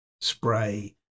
spray